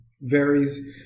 varies